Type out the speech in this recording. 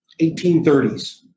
1830s